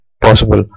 possible